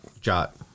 Jot